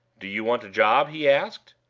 do you want a job he asked.